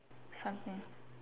something